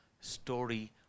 story